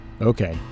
okay